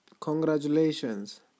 Congratulations